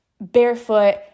barefoot